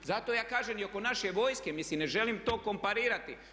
Zato ja kažem i oko naše vojske, mislim ne želim to komparirati.